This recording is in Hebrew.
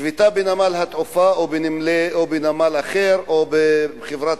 שביתה בנמל-התעופה או בנמל אחר או בחברת